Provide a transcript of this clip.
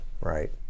right